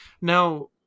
Now